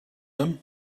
them